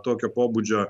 tokio pobūdžio